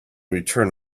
return